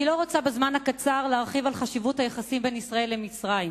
אני לא רוצה בזמן הקצר להרחיב על חשיבות היחסים בין ישראל למצרים,